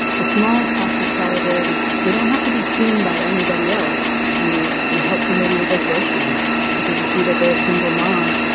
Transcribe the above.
the smallest acts of solidarity they don't have to be seen by anybody else you you help somebody with their groceries because you see that they're a single mom,